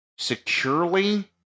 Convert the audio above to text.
securely